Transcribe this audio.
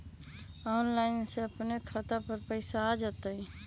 Online से अपने के खाता पर पैसा आ तई?